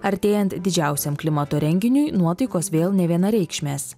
artėjant didžiausiam klimato renginiui nuotaikos vėl nevienareikšmės